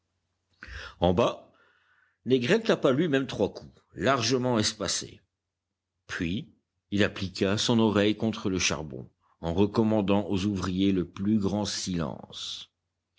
en bas négrel tapa lui-même trois coups largement espacés puis il appliqua son oreille contre le charbon en recommandant aux ouvriers le plus grand silence